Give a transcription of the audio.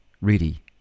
ready